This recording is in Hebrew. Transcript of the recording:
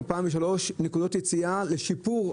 או פעם בשלוש שנים נקודות יציאה לשיפור.